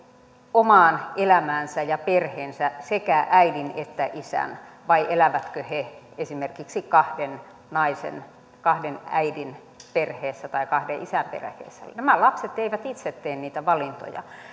omaan elämäänsä ja perheeseensä sekä äidin että isän vai elävätkö he esimerkiksi kahden naisen kahden äidin perheessä tai kahden isän perheessä nämä lapset eivät itse tee niitä valintoja